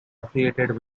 affiliated